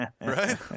Right